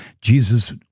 Jesus